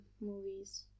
movies